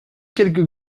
quelques